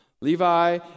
Levi